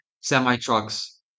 semi-trucks